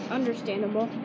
Understandable